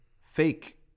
fake